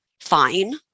fine